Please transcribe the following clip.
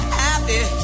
happy